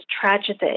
tragedy